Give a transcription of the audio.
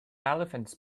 elephants